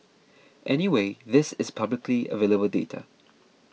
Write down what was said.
anyway this is publicly available data